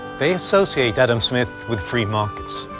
they associate adam smith with free markets,